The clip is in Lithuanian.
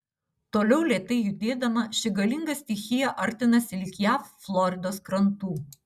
toliau lėtai judėdama ši galinga stichija artinasi link jav floridos krantų